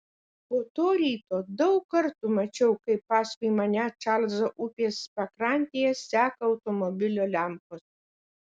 po to ryto daug kartų mačiau kaip paskui mane čarlzo upės pakrantėje seka automobilio lempos